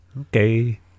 Okay